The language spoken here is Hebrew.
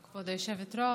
כבוד היושבת-ראש,